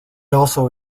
also